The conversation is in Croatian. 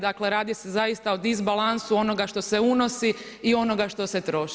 Dakle, radi se zaista o disbalansu onoga što se unosi i onoga što se troši.